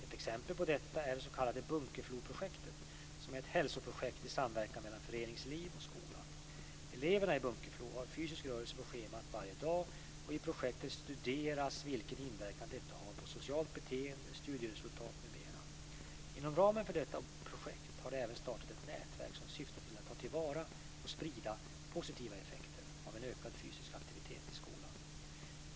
Ett exempel på detta är det s.k. Bunkefloprojektet som är ett hälsoprojekt i samverkan mellan föreningslivet och skolan. Eleverna i Bunkeflo har fysisk rörelse på schemat varje dag och i projektet studeras vilken inverkan detta har på socialt beteende, studieresultat m.m. Inom ramen för detta projekt har det även startat ett nätverk som syftar till att ta till vara och sprida positiva effekter av en ökad fysisk aktivitet i skolan.